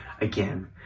again